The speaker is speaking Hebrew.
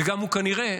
וגם הוא, כנראה,